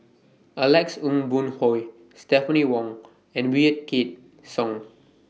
Alex Ong Boon Hau Stephanie Wong and Wykidd Song